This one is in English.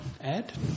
add